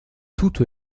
toute